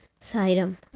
Sairam